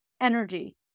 energy